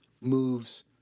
moves